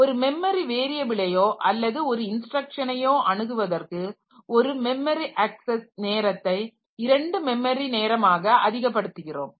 ஒரு மெமரி வேரியபிலையோ அல்லது ஒரு இன்ஸ்டிரக்சனையோ அணுகுவதற்கு ஒரு மெமரி அக்சஸ் நேரத்தை இரண்டு மெமரி நேரமாக அதிக படுத்துகிறோம்